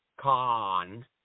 con